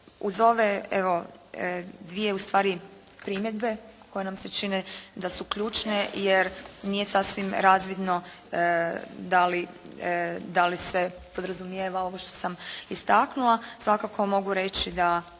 ustvari primjedbe koje nam se čine da su ključne jer nije sasvim razvidno da li, da li se podrazumijeva ovo što sam istaknula svakako mogu reći da